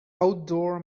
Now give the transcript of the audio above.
outdoor